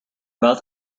about